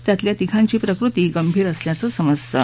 त्यातल्या तिघांची प्रकृती गंभीर असल्याचं समजतं